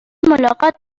ملاقات